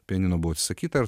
pianino buvo atsisakyta